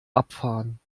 abfahren